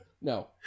No